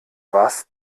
was